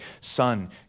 Son